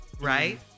right